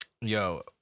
Yo